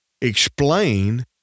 explain